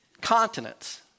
continents